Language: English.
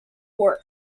work